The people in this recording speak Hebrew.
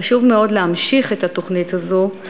חשוב מאוד להמשיך את התוכנית הזאת,